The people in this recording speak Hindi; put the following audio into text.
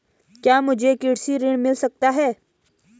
क्या मुझे कृषि ऋण मिल सकता है?